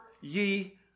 ye